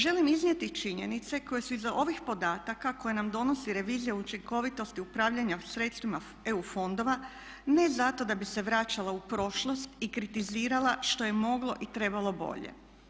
Želim iznijeti činjenice koje su iza ovih podataka koje nam donosi revizija učinkovitosti upravljanja sredstvima EU fondova ne zato da bi se vraćala u prošlost i kritizirala što je moglo i trebalo bolje.